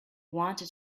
wanted